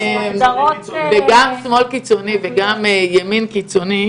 וגם ימין קיצוני